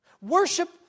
Worship